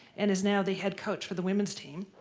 and is now the head coach for the women's team.